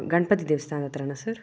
ಗಣಪತಿ ದೇವಸ್ಥಾನದ ಹತ್ರನ ಸರ್